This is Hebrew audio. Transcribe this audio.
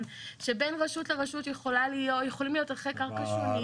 שבין רשות לרשות יכולים להיות ערכי קרקע שונים.